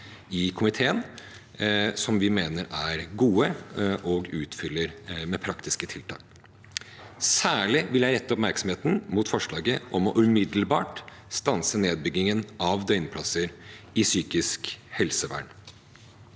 i komiteen, som vi mener er gode og utfyller med praktiske tiltak. Særlig vil jeg rette oppmerksomheten mot forslaget om umiddelbart å stanse nedbyggingen av døgnplasser i psykisk helsevern.